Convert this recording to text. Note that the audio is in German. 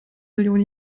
millionen